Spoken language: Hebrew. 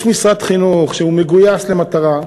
יש משרד חינוך, שהוא מגויס למטרה.